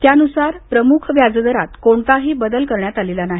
त्यानुसार प्रमुख व्याजदरात कोणताही बदल करण्यात आलेला नाही